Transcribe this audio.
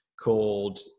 called